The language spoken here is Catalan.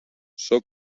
sóc